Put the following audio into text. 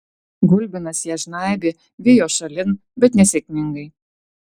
gulbinas ją žnaibė vijo šalin bet nesėkmingai